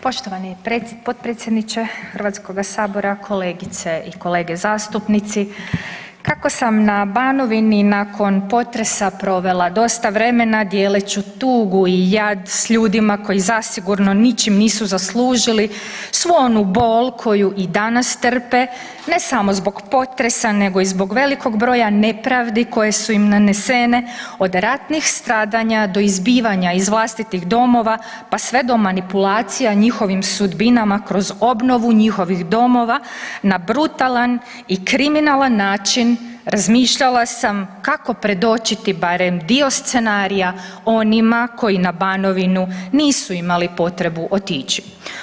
Poštovani potpredsjedniče Hrvatskoga sabora, kolegice i kolege zastupnici kako sam na Banovini nakon potresa provela dosta vreme dijeleći tugu i jad s ljudima koji zasigurno ničim nisu zaslužili svu onu bol koju i danas trpe ne samo zbog potresa, nego i zbog velikog broja nepravdi koje su im nanesene od ratnih stradanja do izbivanja iz vlastitih domova, pa sve do manipulacija njihovim sudbinama kroz obnovu njihovih domova na brutalan i kriminalan način razmišljala sam kako predočiti barem dio scenarija onima koji na Banovinu nisu imali potrebu otići.